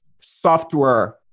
software